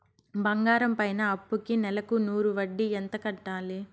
బంగారం పైన అప్పుకి నెలకు నూరు వడ్డీ ఎంత కట్టాలి?